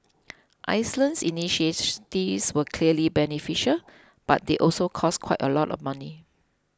Iceland's initiatives were clearly beneficial but they also cost quite a bit of money